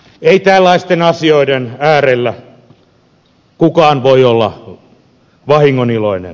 ei tällaisten asioiden äärellä kukaan voi olla vahingoniloinen